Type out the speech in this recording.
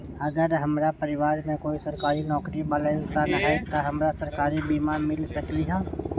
अगर हमरा परिवार में कोई सरकारी नौकरी बाला इंसान हई त हमरा सरकारी बीमा मिल सकलई ह?